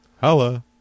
Hello